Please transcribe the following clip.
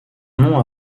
nom